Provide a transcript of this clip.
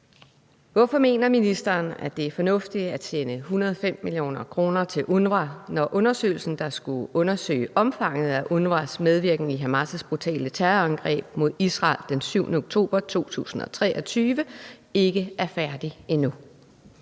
Hvorfor mener ministeren, at det er fornuftigt at sende 105 mio. kr. til UNRWA, når den undersøgelse, der skulle undersøge omfanget af UNRWA’s medvirken i Hamas’ brutale terrorangreb mod Israel den 7. oktober 2023, ikke er færdig endnu?